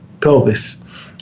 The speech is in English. pelvis